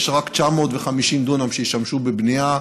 יש רק 950 דונם שישמשו לבנייה,